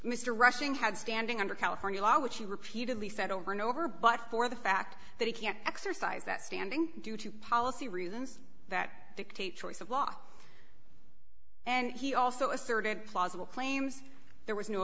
mr rushing had standing under california law which he repeatedly said over and over but for the fact that he can't exercise that standing due to policy reasons that dictate choice of law and he also asserted plausible claims there was no